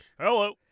Hello